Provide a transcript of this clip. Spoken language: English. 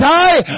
die